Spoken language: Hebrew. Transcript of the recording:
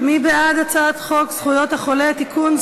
מי בעד הצעת חוק זכויות החולה (תיקון,